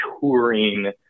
touring